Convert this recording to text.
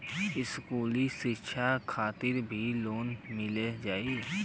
इस्कुली शिक्षा खातिर भी लोन मिल जाई?